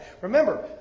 Remember